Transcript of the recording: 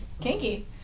Kinky